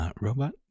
Robot